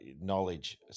knowledge